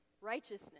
righteousness